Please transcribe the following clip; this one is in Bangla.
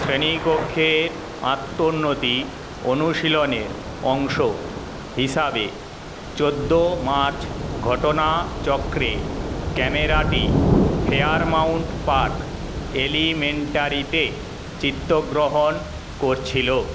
শ্রেণীকক্ষের আত্মন্নোতি অনুশীলনের অংশ হিসাবে চোদ্দো মার্চ ঘটনাচক্রে ক্যামেরাটি ফেয়ারমাউন্ট পার্ক এলিমেন্টারিতে চিত্রগ্রহণ করছিলো